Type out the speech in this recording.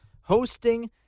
hosting